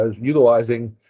utilizing